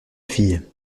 fille